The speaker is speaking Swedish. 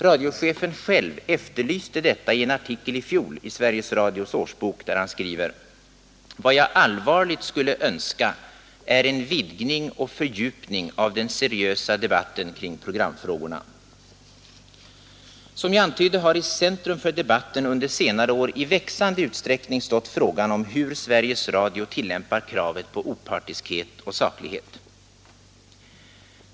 Radiochefen själv efterlyste detta i en artikel i fjol i Sveriges Radios årsbok, där han skrev: ”Vad jag allvarligt skulle önska är en vidgning och fördjupning av den seriösa debatten kring programfrågorna.” Som jag antydde har i centrum för debatten under senare år i växande utsträckning stått frågan om hur Sveriges Radio tillämpar kravet på opartiskhet och saklighet.